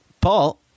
Paul